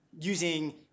using